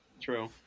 True